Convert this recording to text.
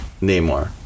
Neymar